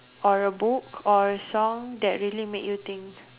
or a book or a song that really make you think